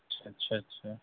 اچھا اچھا اچھا